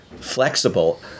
flexible